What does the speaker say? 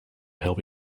help